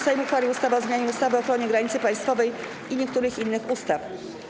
Sejm uchwalił ustawę o zmianie ustawy o ochronie granicy państwowej i niektórych innych ustaw.